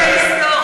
זה רגע היסטורי.